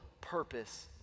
purpose